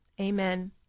Amen